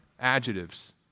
adjectives